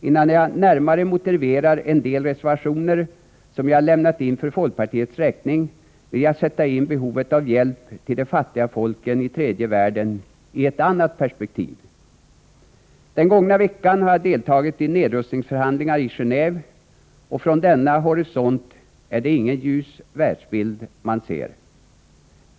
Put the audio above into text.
Innan jag närmare motiverar en del reservationer som jag för folkpartiets räkning avgivit vill jag sätta in behovet av hjälp till de fattiga folken i tredje världen i ett annat perspektiv. Den gångna veckan har jag deltagit i nedrustningsförhandlingar i Geneve, och från denna horisont är det ingen ljus världsbild man ser.